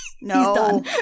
No